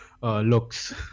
looks